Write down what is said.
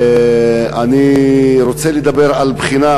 אני רוצה לדבר על בחינה,